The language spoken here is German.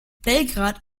belgrad